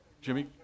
Jimmy